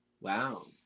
Wow